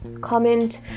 comment